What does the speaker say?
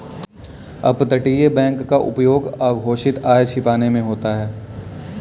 अपतटीय बैंक का उपयोग अघोषित आय छिपाने में होता है